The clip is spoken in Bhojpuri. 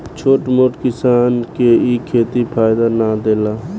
छोट मोट किसान के इ खेती फायदा ना देला